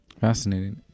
fascinating